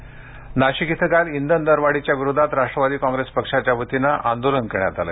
दरवाढ नाशिक इथं काल इंधन दरवाढीच्या विरोधात राष्ट्रवादी काँप्रेस पक्षाच्या वतीने आंदोलन करण्यात आलं